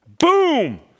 boom